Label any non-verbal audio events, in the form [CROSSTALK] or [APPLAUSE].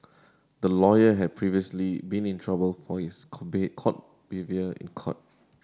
the lawyer had previously been in trouble for his [UNINTELLIGIBLE] behaviour in court